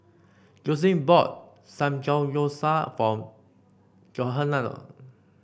Joslyn bought Samgeyopsal for Johnathon